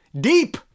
deep